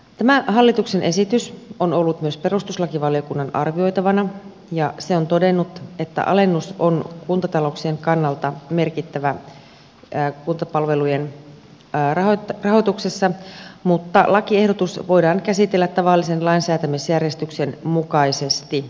tämä hallituksen esitys on ollut myös perustuslakivaliokunnan arvioitavana ja se on todennut että alennus on kuntatalouksien kannalta merkittävä kuntapalvelujen rahoituksessa mutta lakiehdotus voidaan käsitellä tavallisen lainsäätämisjärjestyksen mukaisesti